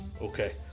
Okay